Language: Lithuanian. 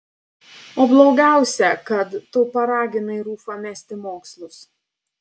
o blogiausia kad tu paraginai rufą mesti mokslus